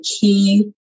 key